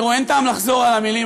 תראו, אין טעם לחזור על המילים.